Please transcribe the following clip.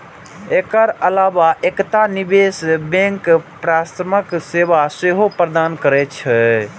एकर अलावा एकटा निवेश बैंक परामर्श सेवा सेहो प्रदान करै छै